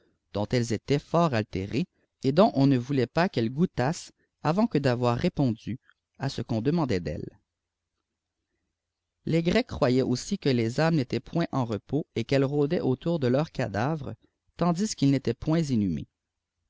dm étaient fort altérées et dont m ne voulait pfl qu'elles goûtassent avant que d'avoir répondu à ce qu'on demandait d'elles les wecs croyaient aussi que les âmes n'étaient point i repos et qu'elles rôdaient autour de teurs cadavres taildis quls il'étaient pcwt inhumés